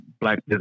black